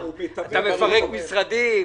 אתה מפרק משרדים.